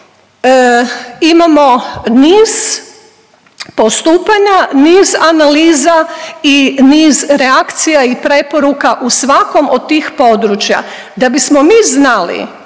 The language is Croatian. Imamo niz postupanja, niz analiza i niz reakcija i preporuka u svakom od tih područja, da bismo mi znali